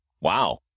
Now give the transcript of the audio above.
Wow